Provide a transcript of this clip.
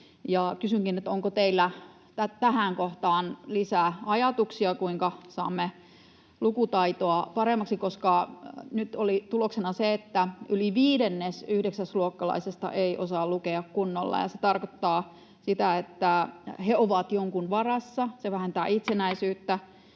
kysynkin, onko teillä tähän kohtaan lisää ajatuksia, kuinka saamme lukutaitoa paremmaksi, koska nyt oli tuloksena se, että yli viidennes yhdeksäsluokkalaisista ei osaa lukea kunnolla, ja se tarkoittaa sitä, että he ovat jonkun varassa, se vähentää itsenäisyyttä,